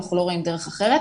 אנחנו לא רואים דרך אחרת,